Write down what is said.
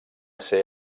ser